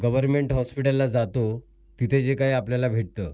government हॉस्पिटलला जातो तिथे जे काही आपल्याला भेटतं